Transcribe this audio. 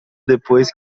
depois